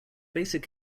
basic